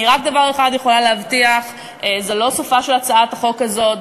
אני רק דבר אחד יכולה להבטיח: זה לא סופה של הצעת החוק הזאת,